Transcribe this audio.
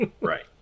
Right